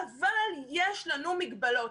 אבל יש לנו מגבלות.